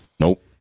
Nope